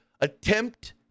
attempt